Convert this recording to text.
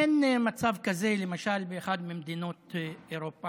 אין מצב כזה, למשל, באחת ממדינות אירופה,